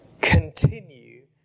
continue